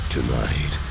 Tonight